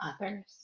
others